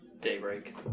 Daybreak